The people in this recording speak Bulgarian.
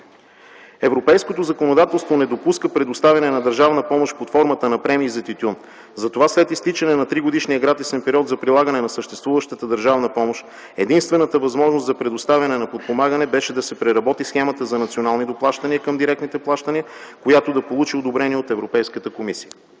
Европейското законодателство не допуска предоставяне на държавна помощ под формата на премии за тютюн. Затова след изтичане на тригодишния гратисен период за прилагане на съществуващата държавна помощ единствената възможност за предоставяне на подпомагане беше да се преработи схемата за национални доплащания към директните плащания, която да получи одобрение от Европейската комисия.